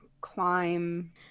climb